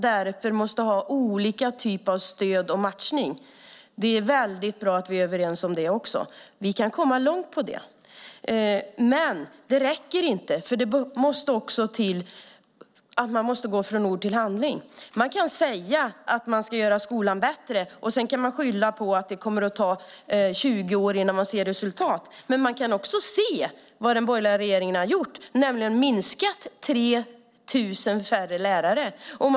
Därför måste de ha olika typer av stöd och matchning. Det är bra att vi är överens om det också. Vi kan komma långt med det. Men det räcker inte. Man måste också gå från ord till handling. Man kan säga att man ska göra skolan bättre och sedan skylla på att det kommer att ta 20 år innan man ser resultat. Men man kan också se vad den borgerliga regeringen har gjort, nämligen att minska antalet lärare med 3 000.